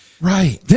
Right